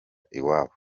iwabo